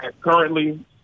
Currently